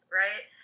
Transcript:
right